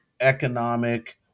economic